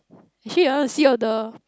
actually I want to see all the